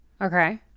Okay